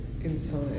inside